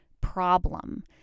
problem